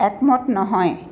একমত নহয়